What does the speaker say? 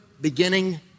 beginning